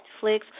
Netflix